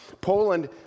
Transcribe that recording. Poland